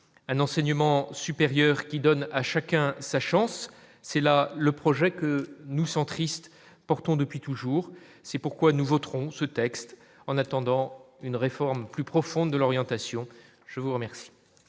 un enseignement supérieur qui donne à chacun sa chance, c'est là le projet que nous centristes portant depuis toujours, c'est pourquoi nous voterons ce texte en attendant une réforme plus profonde de l'orientation, je vous remercie.